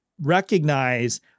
recognize